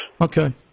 Okay